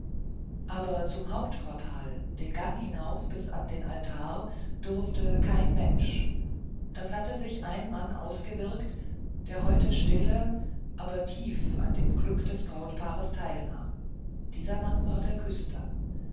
aber zum hauptportal den gang hinauf bis an den altar durfte kein mensch das hatte sich ein mann ausgewirkt der heute stille aber tief an dem glück des brautpaares teilnahm dieser mann war der küster